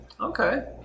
okay